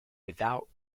without